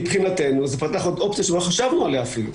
מבחינתנו זה פתח עוד אופציה שלא חשבנו עליה אפילו.